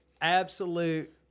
absolute